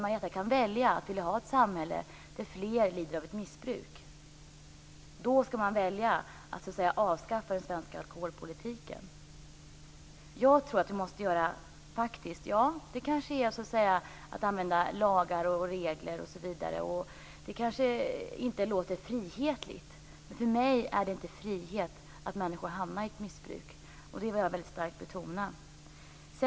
Marietta kan välja att vilja ha ett samhälle där fler lider av ett missbruk. Då skall man välja att avskaffa den svenska alkoholpolitiken. Jag tror att vi måste använda lagar och regler, osv. Det kanske inte låter frihetligt, men för mig är det inte frihet att människor hamnar i ett missbruk. Det vill jag väldigt starkt betona.